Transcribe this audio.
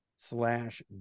slash